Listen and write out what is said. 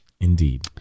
Indeed